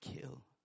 Kill